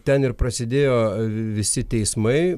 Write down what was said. ten ir prasidėjo visi teismai